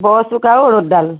বৰ চোকা অ' ৰ'দডাল